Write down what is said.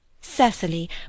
Cecily